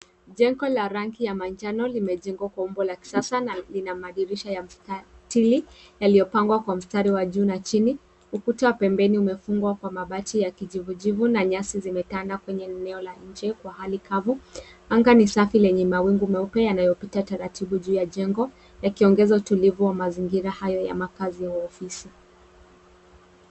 Jengo la rangi ya manjano limejengwa kwa umbo la kisasana Lina madirisha ya mstatili yaliyopangwa kwa mstari wa juu na chini, ukuta pembeni umefungwa kwa mabati ya kijivujivu na nyasi zimetanda kwenye eneo la nje kwa Hali kafu. Anga ni Safi lenye mawingu nyeupe yanayopita taratibu juu ya jengo yakinngeza utulivu hayo kwa wakazi wa ofisi.